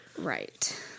Right